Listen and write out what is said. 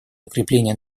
укрепления